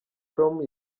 com